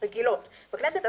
רגילות בכנסת.